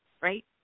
right